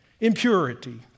impurity